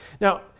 Now